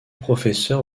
professeur